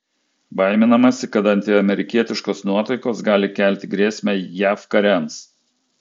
baiminamasi kad antiamerikietiškos nuotaikos gali kelti grėsmę jav kariams